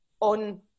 on